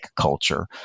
culture